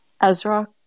Ezra